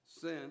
sin